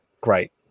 great